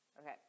Okay